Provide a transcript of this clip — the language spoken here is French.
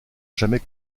jamais